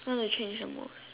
want to change the most